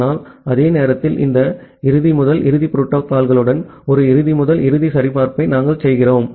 ஆனால் அதே நேரத்தில் இந்த இறுதி முதல் இறுதி புரோட்டோகால்களுடன் ஒரு இறுதி முதல் இறுதி சரிபார்ப்பை நாங்கள் செய்கிறோம்